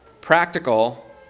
practical